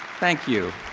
thank you.